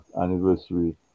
anniversary